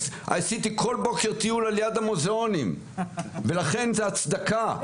עשיתי כל בוקר טיול על יד המוזיאונים ולכן זה הצדקה,